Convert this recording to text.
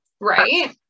right